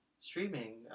streaming